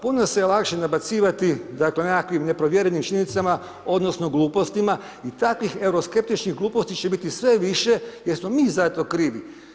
Puno se lakše nabacivati, dakle, nekakvim neprovjerenim činjenicama odnosno glupostima i takvih euro skeptičkih gluposti će biti sve više jer smo mi za to krivi.